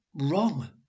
Wrong